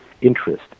interest